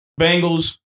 Bengals